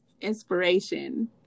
inspiration